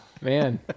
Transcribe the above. Man